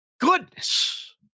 Goodness